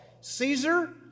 Caesar